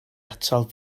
atal